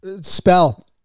Spell